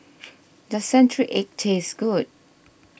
does Century Egg taste good